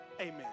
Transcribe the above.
Amen